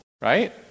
right